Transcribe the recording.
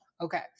Okay